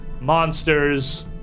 monsters